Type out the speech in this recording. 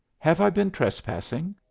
have i been trespassing?